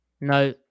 No